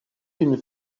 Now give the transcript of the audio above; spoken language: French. d’une